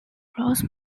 close